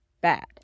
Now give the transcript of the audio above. bad